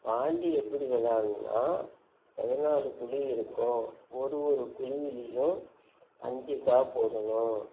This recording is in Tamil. பாண்டி எப்படி விளாடுனா பதினாலு குழி இருக்கும் ஒரு ஒரு குழியிலியும் அஞ்சு காய் போடணும்